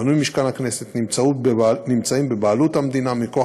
בנוי משכן הכנסת נמצאים בבעלות המדינה מכוח